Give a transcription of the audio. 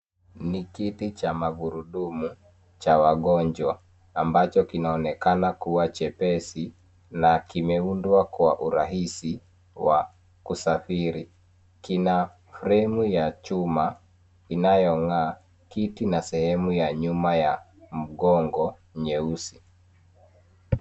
Ni kiti cha magurudumu cha wagonjwa ambacho kinaonekana kuwa chepesi na kimeundwa kwa urahisi wa kusafiri. Kina fremu ya chuma inayong'aa, kiti na sehemu ya nyuma ya mgongo nyeusi.